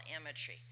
imagery